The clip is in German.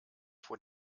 vor